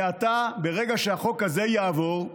מעתה, מהרגע שהחוק הזה יעבור,